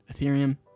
Ethereum